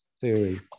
theory